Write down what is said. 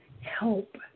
help